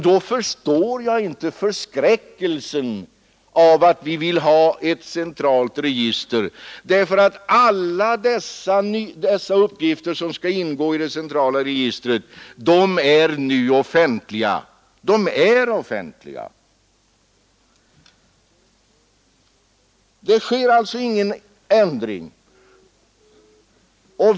Då förstår jag inte förskräckelsen över att vi vill ha ett centralt register. Alla dessa uppgifter som skall ingå i det centrala registret är nu offentliga. Det sker alltså ingen ändring.